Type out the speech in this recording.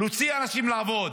להוציא אנשים לעבוד.